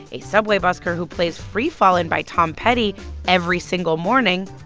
a subway busker who plays free fallin' by tom petty every single morning.